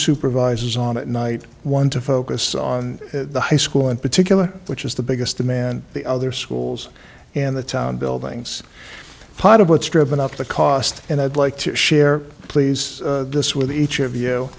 supervisors on at night one to focus on the high school in particular which is the biggest demand the other schools in the town buildings part of what's driven up the cost and i'd like to share please this with each of you